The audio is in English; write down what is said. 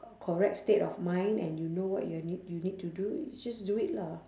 correct state of mind and you know what you're need you need to do just do it lah